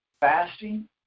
fasting